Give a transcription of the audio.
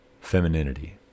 femininity